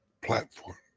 platform